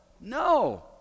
No